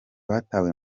batawe